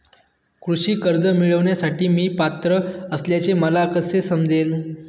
कृषी कर्ज मिळविण्यासाठी मी पात्र असल्याचे मला कसे समजेल?